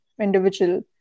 individual